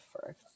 first